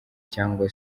cyangwa